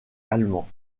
allemands